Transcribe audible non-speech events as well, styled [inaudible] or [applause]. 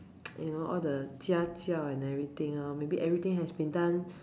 [noise] you know all the 家教 and everything lor maybe everything has been done